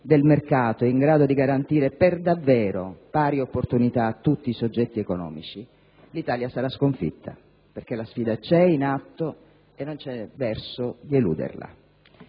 del mercato in grado di garantire per davvero pari opportunità a tutti i soggetti economici l'Italia sarà sconfitta, perché la sfida c'è, è in atto e non c'è verso di eluderla.